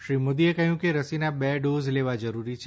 શ્રી મોદીએ કહ્યું કે રસીના બે ડોઝ લેવા જરૂરી છે